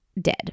dead